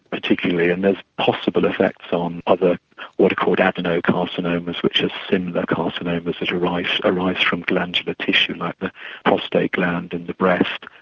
particularly and there's possible effects on other what are called and adenocarcinomas, which are similar carcinomas that arise arise from glandular tissue like the prostate gland and the breast,